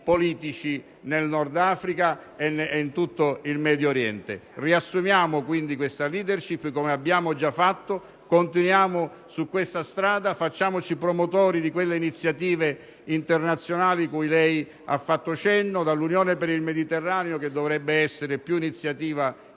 politici nel Nord-Africa e in tutto il Medio Oriente. Riassumiamo quindi questa *leadership* come abbiamo già fatto, continuiamo su questa strada, facciamoci promotori di quelle iniziative internazionali cui lei ha fatto cenno, dall'Unione per il Mediterraneo, che dovrebbe essere più iniziativa